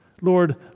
Lord